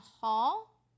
Hall